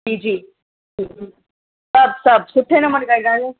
जी जी सभु सभु सुठे नमूने काई ॻाल्हि